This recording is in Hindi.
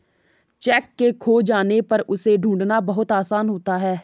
चैक के खो जाने पर उसे ढूंढ़ना बहुत आसान होता है